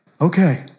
Okay